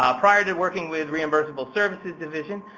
ah prior to working with reimbursable services division,